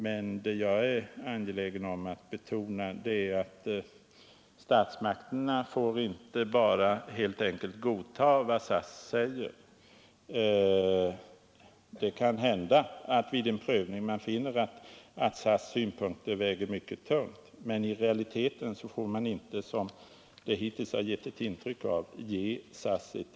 Vad jag är angelägen om att betona är att statsmakterna inte får helt enkelt godta vad SAS säger. Det kan hända att man vid en prövning finner att SAS:s synpunkter väger tungt, men ändå får man inte — som det hittills har givits ett intryck av — ge SAS ett veto.